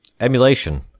emulation